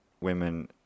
women